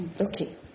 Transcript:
Okay